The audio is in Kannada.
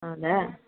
ಹೌದಾ